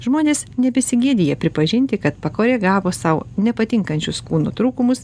žmonės nebesigėdija pripažinti kad pakoregavo sau nepatinkančius kūno trūkumus